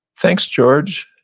thanks george,